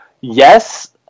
yes